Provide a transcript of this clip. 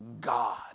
God